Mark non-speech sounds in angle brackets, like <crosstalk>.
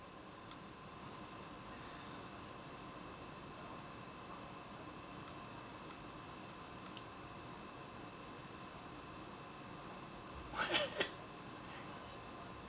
<laughs>